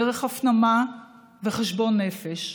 דרך הפנמה וחשבון נפש,